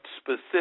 specific